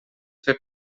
fer